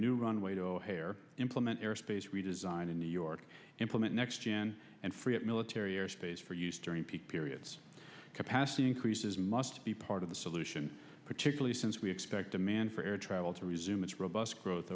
new runway to o'hare implement airspace redesign in new york implement next gen and free up military airspace for use during peak periods capacity increases must be part of the solution particularly since we expect demand for air travel to resume its robust growth